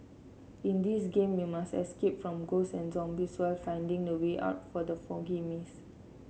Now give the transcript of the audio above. in this game you must escape from ghosts and zombies while finding the way out from the foggy maze